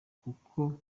kuko